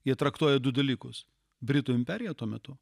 jie traktuoja du dalykus britų imperija tuo metu